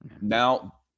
Now